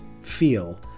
feel